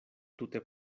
tute